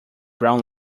brown